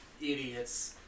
idiots